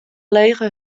lege